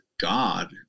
God